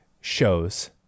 shows